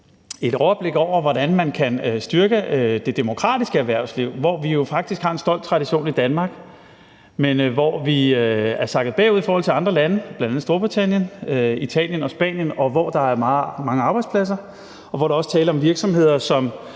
et overblik over, hvordan man kan styrke det demokratiske erhvervsliv, hvor vi jo faktisk har en stolt tradition i Danmark, men hvor vi er sakket bagud i forhold til andre lande, bl.a. Storbritannien, Italien og Spanien, hvor der er mange arbejdspladser i dem, og hvor der også er tale om virksomheder, som